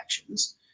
actions